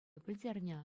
пӗлтернӗ